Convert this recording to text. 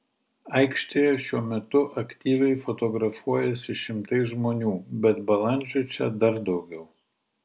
aikštėje šiuo metu aktyviai fotografuojasi šimtai žmonių bet balandžių čia dar daugiau